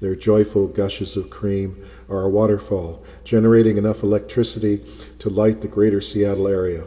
their joyful gushes of cream or a waterfall generating enough electricity to light the greater seattle area